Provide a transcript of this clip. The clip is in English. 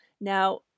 Now